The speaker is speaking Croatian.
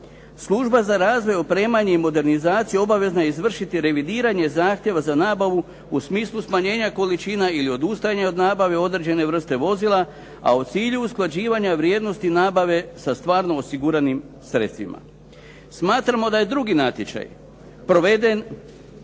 "Služba za razvoj, opremanje i modernizaciju obavezna je izvršiti revidiranje zahtjeva za nabavu u smislu smanjenja količina ili odustajanja od nabave određene vrste vozila a u cilju usklađivanja vrijednosti nabave sa stvarno osiguranim sredstvima.". Smatramo da je drugi natječaj proveden